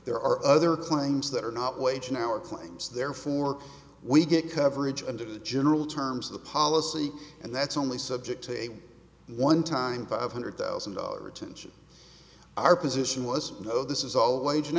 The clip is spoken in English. there are other claims that are not wage in our claims therefore we get coverage under the general terms of the policy and that's only subject to a one time five hundred thousand dollar tension our position was no this is all wage an